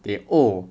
they old